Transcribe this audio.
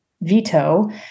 veto